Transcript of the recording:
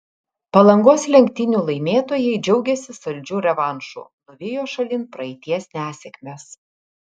palangos lenktynių laimėtojai džiaugiasi saldžiu revanšu nuvijo šalin praeities nesėkmes